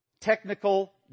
technical